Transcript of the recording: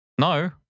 No